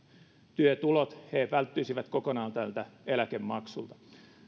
työtulot välttyisivät kokonaan tältä eläkemaksulta